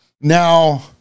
now